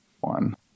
one